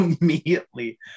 immediately